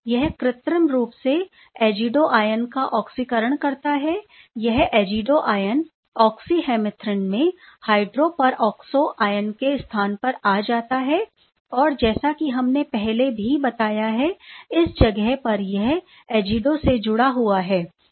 यह कृत्रिम रूप से एज़िडो आयन का ऑक्सीकरण करता है यह एज़िडो आयन ऑक्सी हेमेरिथ्रिन में हाइड्रोपरॉक्सो आयन के स्थान परआ जाता है और जैसा कि हमने पहले भी बताया है इस जगह पर यह एज़िडो से जुड़ा हुआ है